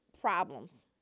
problems